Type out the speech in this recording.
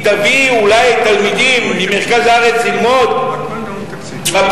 היא תביא אולי תלמידים ממרכז הארץ ללמוד בפריפריה,